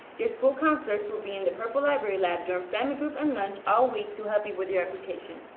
your school counselors will be in the purple library lab during family group and lunch all week to help you with your application.